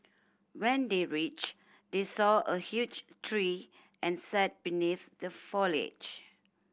when they reached they saw a huge tree and sat beneath the foliage